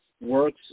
works